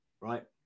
Right